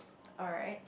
alright